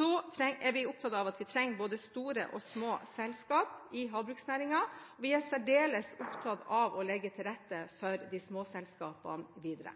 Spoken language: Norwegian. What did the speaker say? er man opptatt av at vi trenger både store og små selskaper i havbruksnæringen. Vi er særdeles opptatt av å legge til rette for de små selskapene videre.